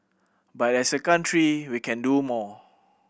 but as a country we can do more